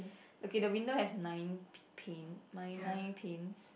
okay the window has nine p~ pane nine nine panes